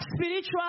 spiritual